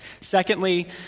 Secondly